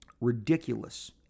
ridiculous